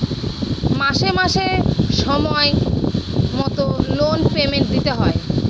মাসে মাসে সময় মতো লোন পেমেন্ট দিতে হয়